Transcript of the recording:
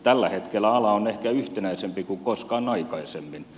tällä hetkellä ala on ehkä yhtenäisempi kuin koskaan aikaisemmin